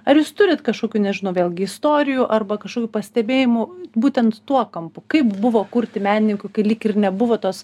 ar jūs turit kažkokių nežinau vėlgi istorijų arba kažkokių pastebėjimų būtent tuo kampu kaip buvo kurti menininkui kai lyg ir nebuvo tos